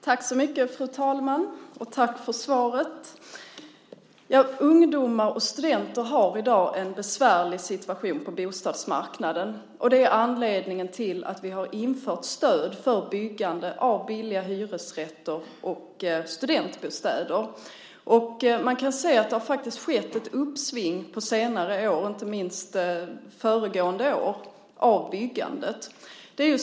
Fru talman! Tack för svaret! Ungdomar och studenter har i dag en besvärlig situation på bostadsmarknaden, och det är anledningen till att vi har infört stöd för byggande av billiga hyresrätter och studentbostäder. Man kan se att det har skett ett uppsving av byggandet på senare år, inte minst föregående år.